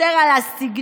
יותר על הסגנון.